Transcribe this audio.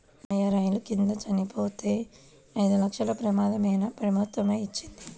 మా మావయ్య రైలు కింద చనిపోతే ఐదు లక్షల ప్రమాద భీమా ప్రభుత్వమే ఇచ్చింది